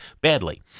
badly